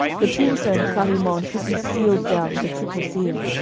the tombstone of clarimonde should be sealed down with a triple seal,